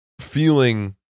feeling